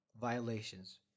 violations